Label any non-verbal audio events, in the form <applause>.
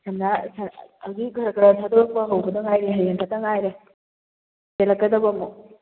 <unintelligible> ꯑꯗꯨ ꯈꯔ ꯈꯔ ꯊꯥꯗꯣꯛꯄ ꯍꯧꯕꯗ ꯉꯥꯏꯔꯤ ꯍꯌꯦꯡ ꯈꯛꯇ ꯉꯥꯏꯔꯦ ꯍꯦꯜꯂꯛꯀꯗꯕ ꯑꯃꯨꯛ